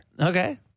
Okay